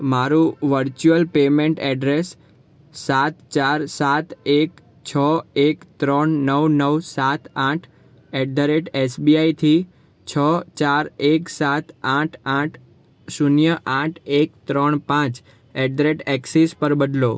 મારું virtual payment address સાત ચાર સાત એક છ એક ત્રણ નવ નવ સાત આઠ એટ ધ રેટ એસબીઆઈથી છ ચાર એક સાત આઠ આઠ શૂન્ય આઠ એક ત્રણ પાંચ એટ ધ રેટ એક્સિસ પર બદલો